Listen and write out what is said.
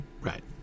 Right